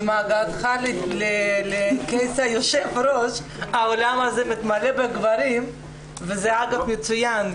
עם הגעתך לכס יו"ר האולם הזה מתמלא בגברים וזה אגב מצוין.